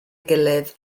gilydd